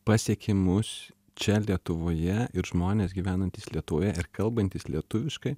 pasiekė mus čia lietuvoje ir žmonės gyvenantys lietuvoje ir kalbantys lietuviškai